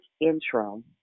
intro